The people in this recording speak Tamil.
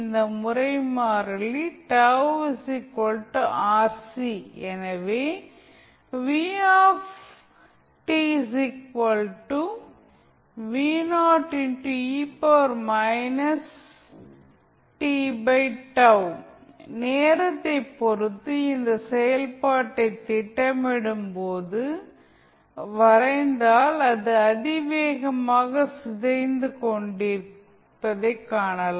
இந்த முறை மாறிலி τ RC எனவே நேரத்தை பொறுத்து இந்த செயல்பாட்டை திட்டமிடும்போது வரைந்தால் அது அதிவேகமாக சிதைந்து கொண்டிருப்பதைக் காணலாம்